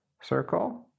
circle